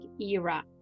era